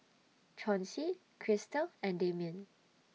Chauncey Krystal and Damian